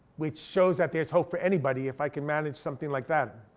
which shows that there's hope for anybody if i can manage something like that.